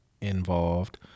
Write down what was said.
involved